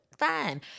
fine